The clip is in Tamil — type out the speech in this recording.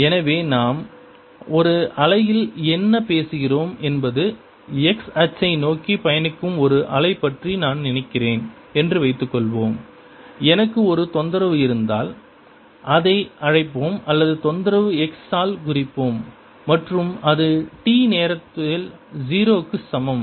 எனவே நாம் ஒரு அலையில் என்ன பேசுகிறோம் என்பது x அச்சை நோக்கி பயணிக்கும் ஒரு அலை பற்றி நான் நினைக்கிறேன் என்று வைத்துக்கொள்வோம் எனக்கு ஒரு தொந்தரவு இருந்தால் அதை அழைப்போம் அல்லது தொந்தரவு x ஆல் குறிப்போம் மற்றும் அது t நேரத்தில் 0 க்கு சமம்